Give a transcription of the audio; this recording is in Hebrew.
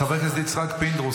חבר הכנסת יצחק פינדרוס,